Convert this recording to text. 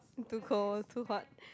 too cold too hot